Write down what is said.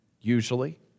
Usually